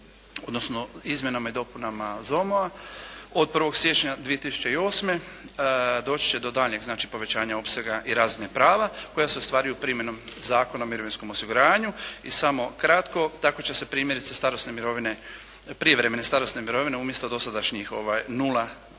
odnosno izmjenama i dopunama ZOMO-a. Od 1. siječnja 2008. doći će do daljnjeg znači povećanja opsega i razine prava koja se ostvaruju primjenom Zakona o mirovinskom osiguranju i samo kratko, tako će se primjerice starosne mirovine, prijevremene starosne mirovine umjesto dosadašnjih 0,34